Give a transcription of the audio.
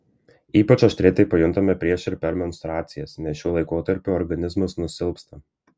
ypač aštriai tai pajuntame prieš ir per menstruacijas nes šiuo laikotarpiu organizmas nusilpsta